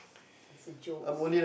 it's a joke